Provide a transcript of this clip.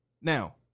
Now